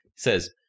says